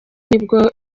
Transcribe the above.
nibwo